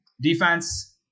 defense